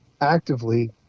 actively